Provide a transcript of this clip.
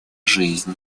жизни